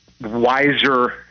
wiser